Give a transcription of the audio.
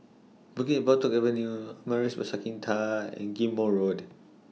Bukit Batok Avenue Amaris By Santika and Ghim Moh Road